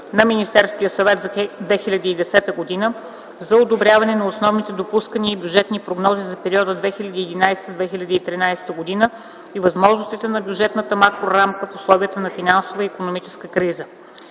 на Министерския съвет от 2010 г. за одобряване на основните допускания и бюджетната прогноза за периода 2011-2013 г. и възможностите на бюджетната макрорамка в условията на финансова и икономическа криза.